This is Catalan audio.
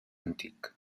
antic